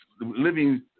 living